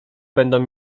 będą